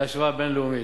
בהשוואה בין-לאומית.